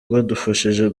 badufashije